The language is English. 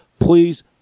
please